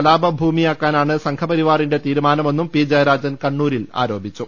കലാപഭൂമിയാക്കാനാണ് സംഘപരിവാറിന്റെ ്തീരുമാന മെന്നും പി ജയരാജൻ കണ്ണൂരിൽ ആരോപിച്ചു